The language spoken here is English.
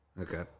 Okay